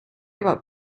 about